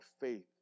faith